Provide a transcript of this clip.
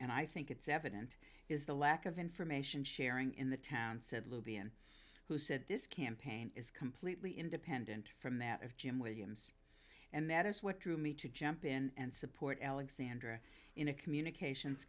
and i think it's evident is the lack of information sharing in the town said libyan who said this campaign is completely independent from that of jim williams and that is what drew me to jump in and support alexandra in a communications